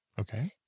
Okay